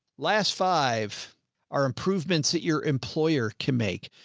last five are improvements that your employer can make.